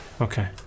Okay